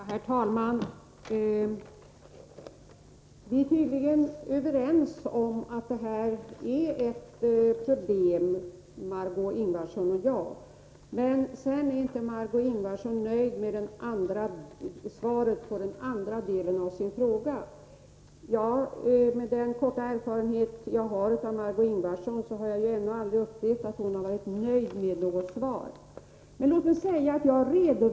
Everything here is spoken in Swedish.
Herr talman! Margé Ingvardsson är emellertid inte nöjd med mitt svar på hennes andra fråga. Jag har erfarenhet av Margö Ingvardsson bara sedan en kort tid tillbaka, men jag har aldrig upplevt att hon varit nöjd med något svar.